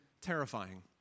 terrifying